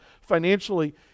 financially